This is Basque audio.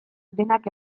denak